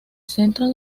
centro